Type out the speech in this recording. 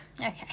Okay